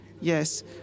yes